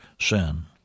sin